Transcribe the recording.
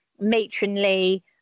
matronly